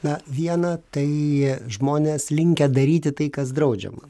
na viena tai žmonės linkę daryti tai kas draudžiama